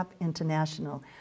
International